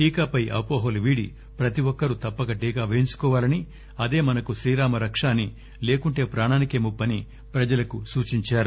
టీకా పై అపోహలు వీడి ప్రతి ఒక్కరు తప్పక టీకా వేయించుకోవాలని అదే మనకు శ్రీరామ రక్ష అని లేకుంటే ప్రాణానికే ముప్పని ప్రజలకు సూచించారు